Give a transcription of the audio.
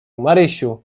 marysiu